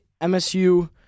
MSU